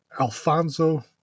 Alfonso